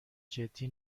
جدی